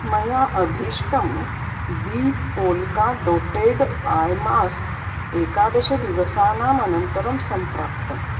मया अभीष्टं बी पोल्का डोट्टेड् ऐ मास्क् एकादशदिवसानाम् अनन्तरं सम्प्राप्तम्